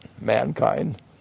mankind